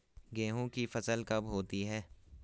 गेहूँ की फसल कब होती है?